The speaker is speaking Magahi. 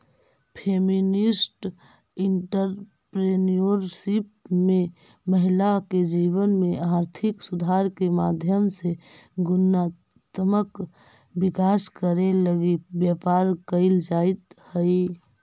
फेमिनिस्ट एंटरप्रेन्योरशिप में महिला के जीवन में आर्थिक सुधार के माध्यम से गुणात्मक विकास करे लगी व्यापार कईल जईत हई